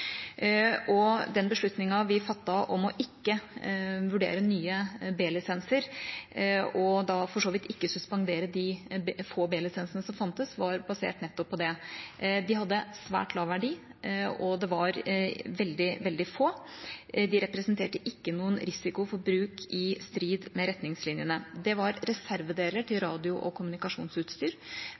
Den beslutningen vi fattet om ikke å vurdere nye B-lisenser, og for så vidt ikke suspendere de få B-lisensene som fantes, var basert nettopp på det. De hadde svært lav verdi, og det var veldig få. De representerte ikke noen risiko for bruk i strid med retningslinjene. Det var reservedeler til radio- og kommunikasjonsutstyr.